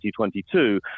2022